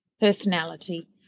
personality